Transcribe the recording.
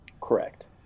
Correct